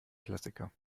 klassiker